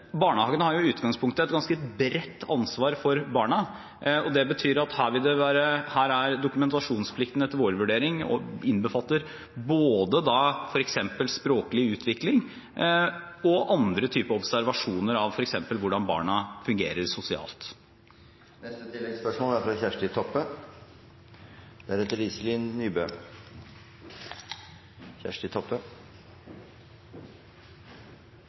barnehagene har jo i utgangspunktet et ganske bredt ansvar for barna, og her er dokumentasjonsplikten etter vår vurdering å innbefatte både språklig utvikling og andre typer observasjoner av f.eks. hvordan barna fungerer sosialt. Kjersti Toppe – til oppfølgingsspørsmål. Kartlegging av småbarn i barnehage er